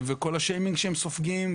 אבל כשאנחנו רואים מקרה אחרי מקרה,